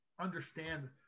understand